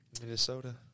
Minnesota